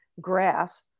grass